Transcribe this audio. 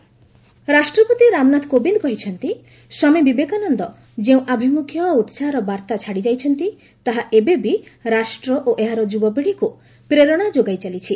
president speech ରାଷ୍ଟ୍ରପତି ରାମନାଥ କୋବିନ୍ଦ କହିଛନ୍ତି ସ୍ୱାମୀ ବିବେକାନନ୍ଦ ଯେଉଁ ଆଭିମୁଖ୍ୟ ଓ ଉତ୍ସାହର ବାର୍ତ୍ତା ଛାଡିଯାଇଛନ୍ତି ତାହା ଏବେବି ରାଷ୍ଟ୍ର ଓ ଏହାର ଯୁବପୀଢ଼ିକୁ ପ୍ରେରଣା ଯୋଗାଇଚାଲିଛି